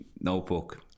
Notebook